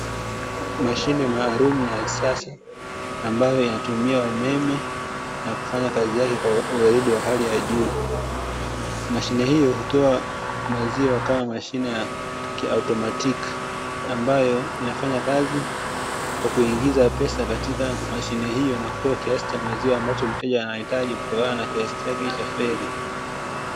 Mashine maalumu na ya usafi ambayo inatumia umeme na kufanya kazi zake kwa uahidi wa hali za juu. Mashine hiyo hutoa maziwa kama mashine ya kiotomatiki ambayo inafanya kazi kwa kuingiza pesa katika mashine hiyo na kutoa kiasi cha maziwa ambacho mteja anahitaji kutokana na kiasi chake cha fedha.